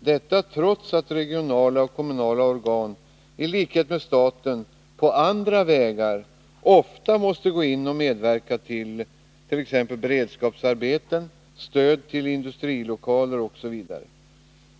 Detta trots att regionala och kommunala organ i likhet med staten på andra vägar ofta måste gå in och medverka till beredskapsarbeten, stöd till industrilokaler osv.